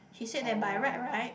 he said that by right right